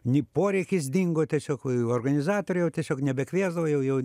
ni poreikis dingo tiesiog organizatoriai jau tiesiog nebekviesdavo jau jau